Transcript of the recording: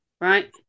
Right